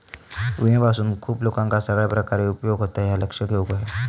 विम्यापासून खूप लोकांका सगळ्या प्रकारे उपयोग होता, ह्या लक्षात घेऊक हव्या